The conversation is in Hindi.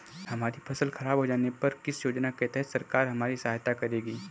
हमारी फसल खराब हो जाने पर किस योजना के तहत सरकार हमारी सहायता करेगी?